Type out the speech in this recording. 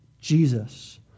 Jesus